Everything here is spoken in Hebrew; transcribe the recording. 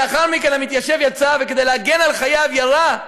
לאחר מכן המתיישב יצא וכדי להגן על חייו, ירה.